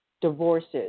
divorces